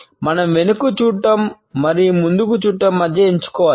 మనం వెనుకకు చూడటం మరియు ముందుకు చూడటం మధ్య ఎంచుకోవాలి